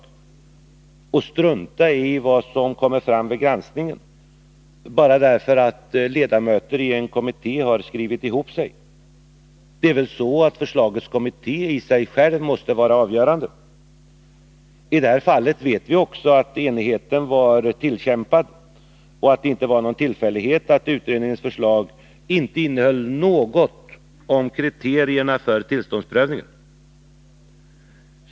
Och inte heller kan man strunta i vad som kommer fram vid granskningen bara därför att ledamöterna i en kommitté har skrivit ihop sig. Det är väl förslaget i sig självt som måste vara det avgörande. I det här fallet vet vi också att enigheten var tillkämpad och att det inte var någon tillfällighet att utredningens förslag inte innehöll något om kriterierna för tillståndsprövningen.